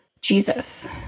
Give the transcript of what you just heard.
Jesus